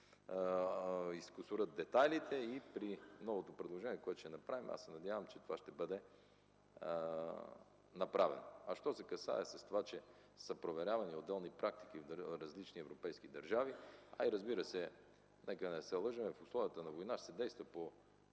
изкусурят детайлите и при новото предложение, което ще направим, аз се надявам това да бъде направено. Що се касае до това, че са проверявани отделни практики в различни европейски държави, разбира се, нека да не се лъжем – в условията на война се действа,